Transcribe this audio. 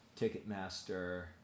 Ticketmaster